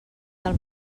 del